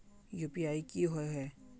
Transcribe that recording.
UPI की होय है?